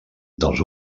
dels